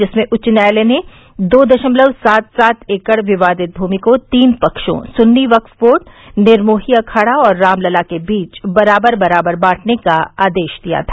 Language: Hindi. जिसमें उच्च न्यायालय ने दो दशमलव सात सात एकड़ विवादित भूमि को तीन पक्षों सुन्नी वक्फ बोर्ड निर्मोही अखाड़ा और रामलला के बीच बराबर बराबर बांटने का आदेश दिया था